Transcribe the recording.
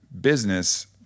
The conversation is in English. business